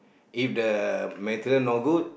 if the material no good